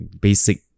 basic